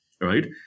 right